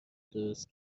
درست